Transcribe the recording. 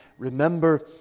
Remember